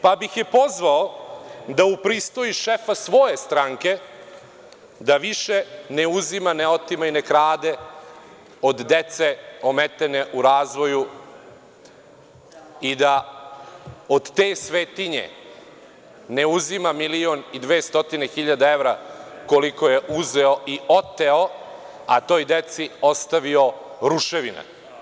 Pa bih je pozvao da upristoji šefa svoje stranke da više ne uzima, ne otima i ne krade od dece ometene u razvoju i da od te svetinje ne uzima milion i 200 hiljada evra, koliko je uzeo i oteo, a toj deci ostavio ruševine.